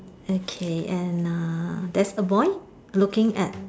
okay and a there's a boy looking at